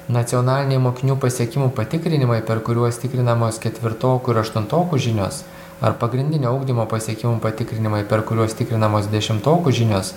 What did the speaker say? nacionaliniai mokinių pasiekimų patikrinimai per kuriuos tikrinamos ketvirtokų ir aštuntokų žinios ar pagrindinio ugdymo pasiekimų patikrinimai per kuriuos tikrinamos dešimtokų žinios